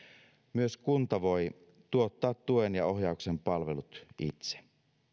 myös kunta voi tuottaa tuen ja ohjauksen palvelut itse